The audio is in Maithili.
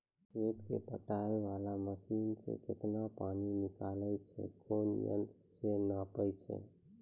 खेत कऽ पटाय वाला मसीन से केतना पानी निकलैय छै कोन यंत्र से नपाय छै